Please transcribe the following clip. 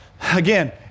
Again